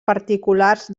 particulars